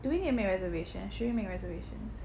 do we need to make reservation shouldn't we make reservations